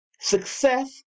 success